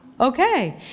okay